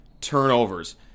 turnovers